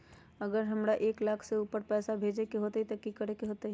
अगर हमरा एक लाख से ऊपर पैसा भेजे के होतई त की करेके होतय?